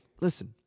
Listen